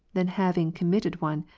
than having committed one,